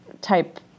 type